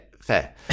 fair